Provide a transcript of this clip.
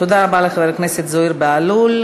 תודה רבה לחבר הכנסת זוהיר בהלול.